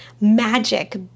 magic